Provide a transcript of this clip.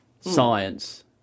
science